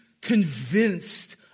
convinced